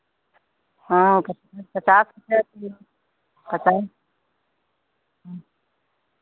हाँ पचास पचास रुपैया किलो पचास हाँ